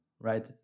Right